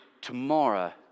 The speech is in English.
tomorrow